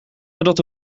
nadat